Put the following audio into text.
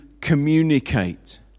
communicate